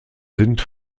sind